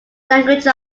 language